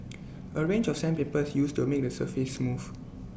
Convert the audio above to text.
A range of sandpaper used to make the surface smooth